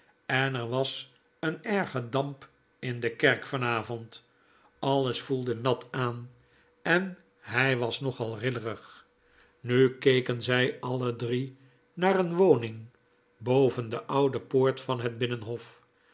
en er was een erge damp in de kerk van avond alles voelde nat aan en hy was nogal rillerig nu keken zij alle drie naar een woning boven de oude poort van het binnenhof